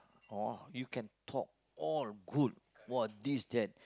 or you can talk all good all this that